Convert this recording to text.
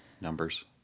Numbers